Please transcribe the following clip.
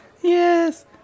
Yes